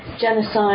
genocide